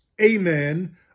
Amen